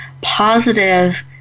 positive